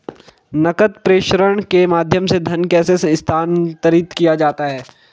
नकद प्रेषण के माध्यम से धन कैसे स्थानांतरित किया जाता है?